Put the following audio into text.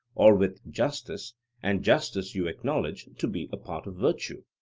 or with justice and justice you acknowledge to be a part of virtue.